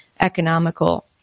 economical